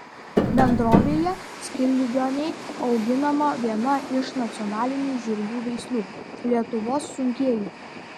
bendrovėje skilvioniai auginama viena iš nacionalinių žirgų veislių lietuvos sunkieji